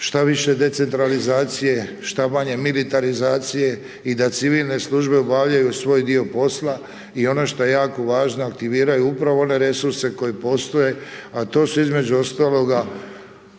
šta više decentralizacije, šta manje militarizacije i da civilne službe obavljaju svoj dio posla i ono što je jako važno aktiviraju upravo one resurse koje postoje a to su između ostaloga